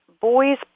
Boys